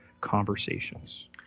conversations